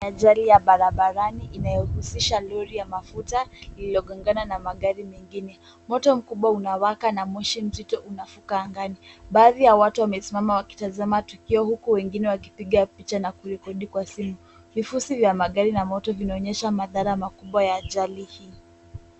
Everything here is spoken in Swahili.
Ajali ya barabarani inayohusisha lori ya mafuta iliongongana na magari mengine. Moto mkubwa unawaka na moshi mzito unafuka angani. Baadhi ya watu wamesimama wakitazama tukio huku wengine wakipiga picha na kurekodi kwa simu. Vifusi vya magari na moto vinaonesha madhara makubwa ya ajali hii.